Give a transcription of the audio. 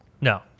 No